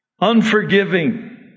Unforgiving